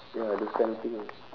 ya those kind of thing ah